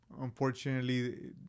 unfortunately